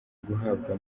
guhabwa